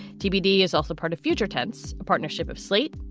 tbd is also part of future tense, a partnership of slate,